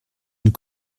nous